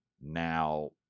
now